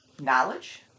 knowledge